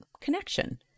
Connection